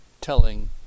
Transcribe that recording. telling